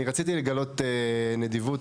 אני רציתי לגלות נדיבות,